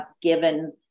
given